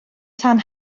tan